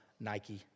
Nike